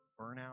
burnout